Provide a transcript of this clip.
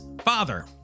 father